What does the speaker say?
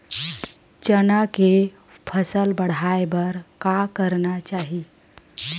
चना के फसल बढ़ाय बर का करना चाही?